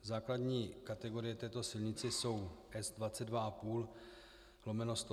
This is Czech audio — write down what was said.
Základní kategorie této silnice jsou S22,5/100.